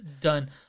done